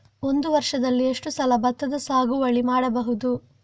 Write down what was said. ಒಂದು ವರ್ಷದಲ್ಲಿ ಎಷ್ಟು ಸಲ ಭತ್ತದ ಸಾಗುವಳಿ ಮಾಡಬಹುದು?